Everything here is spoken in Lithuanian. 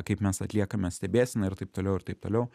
kaip mes atliekame stebėseną ir taip toliau ir taip toliau